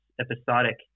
episodic